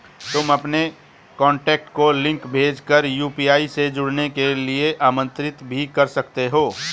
तुम अपने कॉन्टैक्ट को लिंक भेज कर यू.पी.आई से जुड़ने के लिए आमंत्रित भी कर सकते हो